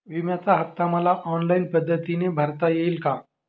विम्याचा हफ्ता मला ऑनलाईन पद्धतीने भरता येईल का?